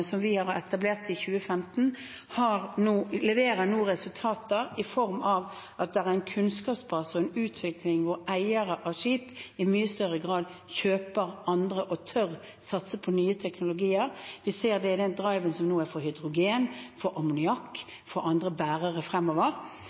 som vi etablerte i 2015, leverer nå resultater i form av at det er en kunnskapsbase og en utvikling hvor eiere av skip i mye større grad kjøper andre og tør å satse på nye teknologier. Vi ser det i den driven som nå er for hydrogen, for ammoniakk, for andre bærere fremover.